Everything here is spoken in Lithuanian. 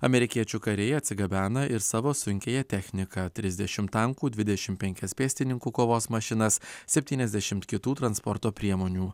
amerikiečių kariai atsigabena ir savo sunkiąją techniką trisdešimt tankų dvidešim penkias pėstininkų kovos mašinas septyniasdešimt kitų transporto priemonių